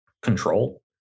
control